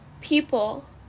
people